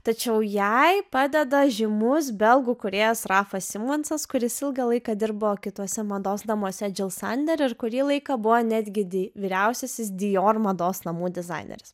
tačiau jai padeda žymus belgų kūrėjas rafas simonsas kuris ilgą laiką dirbo kituose mados namuose džil sander ir kurį laiką buvo netgi di vyriausiasis dior mados namų dizaineris